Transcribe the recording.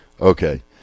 Okay